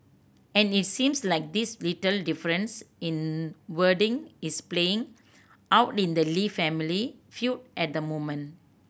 and it seems like these little differences in wording is playing out in the Lee family feud at the moment